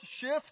shift